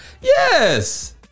Yes